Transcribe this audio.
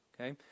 okay